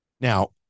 Now